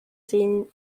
sehen